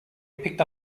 picked